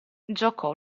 giocò